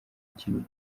ikintu